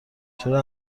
چرا